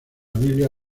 biblia